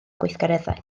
gweithgareddau